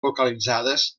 localitzades